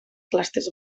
clústers